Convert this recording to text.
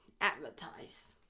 Advertise